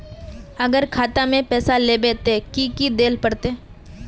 अगर खाता में पैसा लेबे ते की की देल पड़ते?